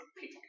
peak